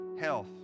health